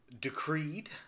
decreed